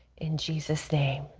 in jesus' name.